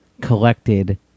collected